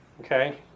okay